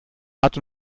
art